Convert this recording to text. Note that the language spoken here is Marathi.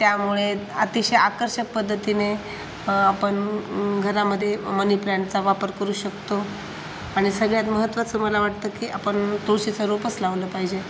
त्यामुळे अतिशय आकर्षक पद्धतीने आपण घरामध्ये मनीप्लॅन्टचा वापर करू शकतो आणि सगळ्यात महत्त्वाचं मला वाटतं की आपण तुळशीचं रोपच लावलं पाहिजे